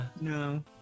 No